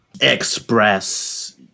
express